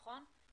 נכון?